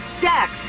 Jack